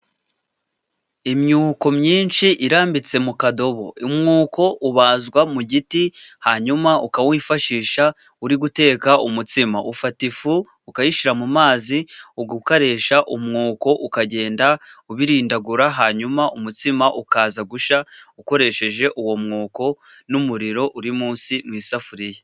Imyuko myinshi irambitse mu kadobo. Umwuko ubazwa mu giti hanyuma ukawifashisha uri guteka umutsima. Ufata ifu ukayishyira mu mazi ugakoresha umwuko, ukagenda ubirindadagura hanyuma umutsima ukaza gushya ukoresheje uwo mwuko n'umuriro uri munsi mu isafuriya.